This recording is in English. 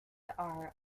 are